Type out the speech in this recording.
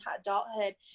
adulthood